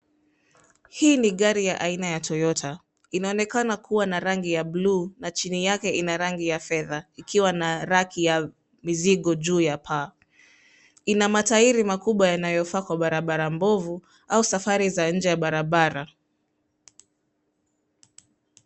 Hii ni gari ya aina ya Toyota. Inaonekana kuwa na rangi ya buluu na chini yake ina rangi ya fedha, ikiwa na raki ya mizigo juu ya paa. Ina matairi makubwa yanayofaa kwa barabara mbovu au safari za nje ya barabara